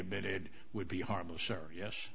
admitted would be horrible sure yes